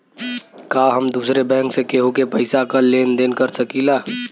का हम दूसरे बैंक से केहू के पैसा क लेन देन कर सकिला?